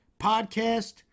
podcast